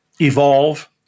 evolve